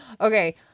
okay